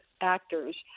actors